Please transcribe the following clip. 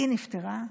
היא נפטרה,